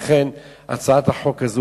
לכן הצעת החוק הזו,